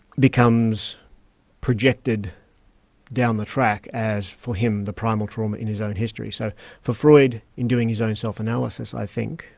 becomes projected down the track as, for him, the primal trauma in his own history. so for freud, in doing his own self-analysis, i think,